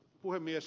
puhemies